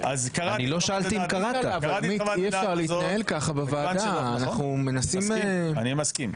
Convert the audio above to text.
כל עוד הם לא ניתנים לו באשר הוא עובד ציבור.